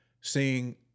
seeing